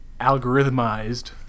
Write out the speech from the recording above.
algorithmized